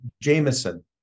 Jameson